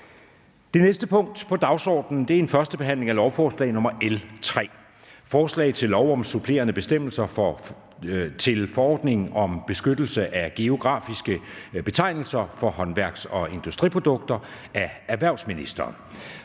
Det næste punkt på dagsordenen er: 6) 1. behandling af lovforslag nr. L 3: Forslag til lov om supplerende bestemmelser til forordning om beskyttelse af geografiske betegnelser for håndværks- og industriprodukter. Af erhvervsministeren